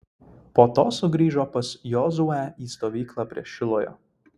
po to sugrįžo pas jozuę į stovyklą prie šilojo